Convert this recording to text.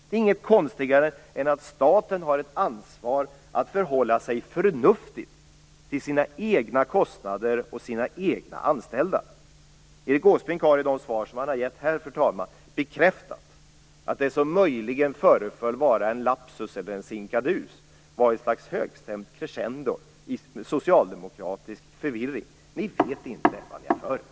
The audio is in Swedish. Det är inget konstigare än att staten har ett ansvar att förhålla sig förnuftigt till sina egna kostnader och sina egna anställda. Erik Åsbrink har i de svar som han har givit här, fru talman, bekräftat att det som möjligen föreföll vara en lapsus eller en sinkadus var ett slags högstämt crescendo i socialdemokratisk förvirring. Ni vet inte vad ni har för er.